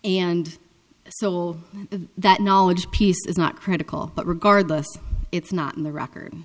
and so that knowledge piece is not critical but regardless it's not in the record